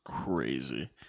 Crazy